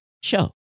show